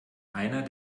einer